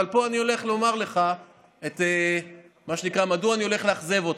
אבל פה אני אומר לך מדוע אני הולך לאכזב אותך.